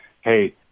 hey